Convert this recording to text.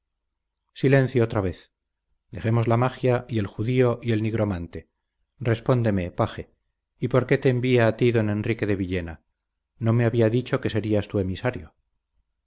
silencio otra vez dejemos la magia y el judío y el nigromante respóndeme paje y por qué te envía a ti don enrique de villena no me había dicho que serías tú su emisario